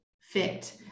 fit